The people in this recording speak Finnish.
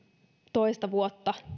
toista vuotta